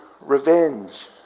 revenge